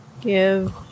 Give